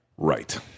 right